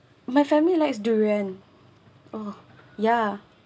my family likes durian oh ya